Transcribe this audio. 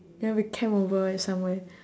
then we camp over at somewhere